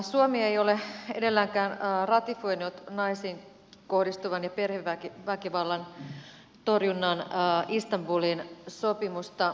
suomi ei ole edelleenkään ratifioinut naisiin kohdistuvan väkivallan ja perheväkivallan torjunnan istanbulin sopimusta